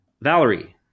Valerie